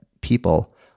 people